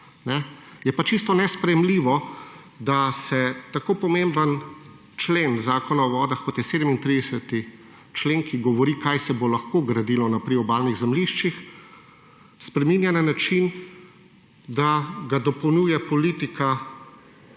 je pa čisto nesprejemljivo, da se tako pomemben člen Zakona o vodah, kot je 37. člen, ki govori, kaj se bo lahko gradilo na priobalnih zemljiščih, spreminja na način, da ga dopolnjuje politika